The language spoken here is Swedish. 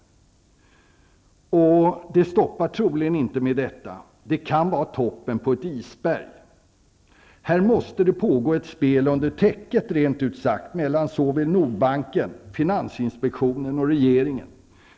Det räcker troligen inte med det. Det kan vara toppen på ett isberg. Här måste det pågå ett spel under täcket rent ut sagt mellan Nordbanken, finansinspektionen och regeringen.